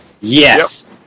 Yes